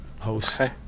Host